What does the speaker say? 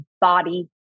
body